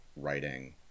writing